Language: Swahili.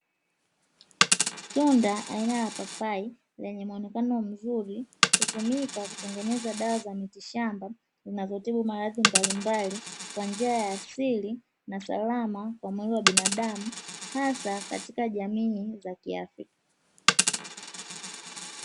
Tunda aina ya papai lenye muonekano mzuri hutumika kutengeneza dawa za mitishamba zinazotibu maradhi mbalimbali, kwa njia ya asili na salama kwa mwili wa binadamu hasa katika jamii za kiafrika.